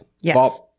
Yes